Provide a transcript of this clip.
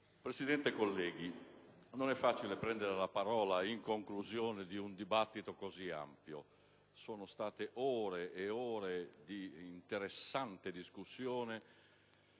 Presidente, colleghi, non è facile prendere la parola in conclusione di un dibattito così ampio. Sono state ore e ore di interessante discussione,